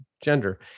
gender